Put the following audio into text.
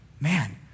man